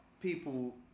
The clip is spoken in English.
people